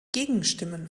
gegenstimmen